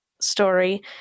story